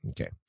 Okay